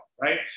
right